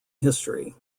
history